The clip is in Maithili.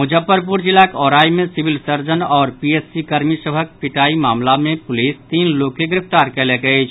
मुजफ्फरपुर जिलाक औराई मे सिविल सर्जन आओर पीएचसी कर्मी सभक पिटायी मामिला मे पुलिस तीन लोक के गिरफ्तार कयलक अछि